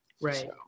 Right